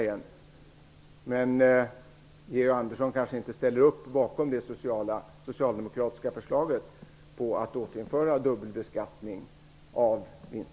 Men Georg Andersson kanske inte ställer sig bakom det socialdemokratiska förslaget om att återinföra dubbelbeskattning av vinster.